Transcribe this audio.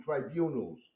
tribunals